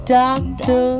doctor